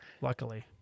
luckily